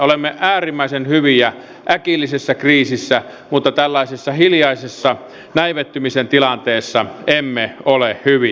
olemme äärimmäisen hyviä äkillisessä kriisissä mutta tällaisessa hiljaisessa näivettymisen tilanteessa emme ole hyviä